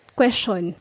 question